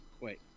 Wait